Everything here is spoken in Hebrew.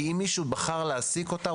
כי אם מישהו בחר להעסיק אותה,